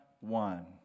one